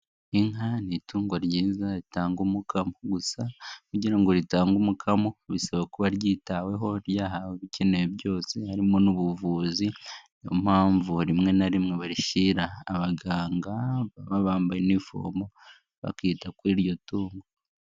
Inka ni itungo ryiza ritanga umukamo, gusa kugira ngo ritange umukamo bisaba kuba ryitabwaho ryahawe ibikenewe byose harimo n'ubuvuzi, niyo mpamvu barishyira abaganga baba bambaye inifomo bakita kuri iryo tungo.